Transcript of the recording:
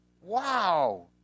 Wow